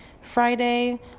Friday